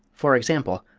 for example,